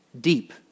deep